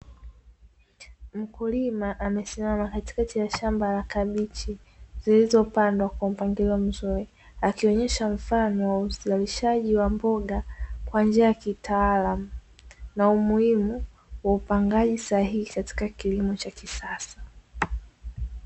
Mkulima amesimama katika zao la kabichi lililipandwa kwa mpangilio vizuri, akionesha mfano wa ustawishaji wa mboga kwa njia ya kitaalamu na umuhimi wa upangaji sahihi katika kilimo cha kisasa.